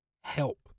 help